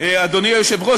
אדוני היושב-ראש,